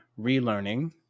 relearning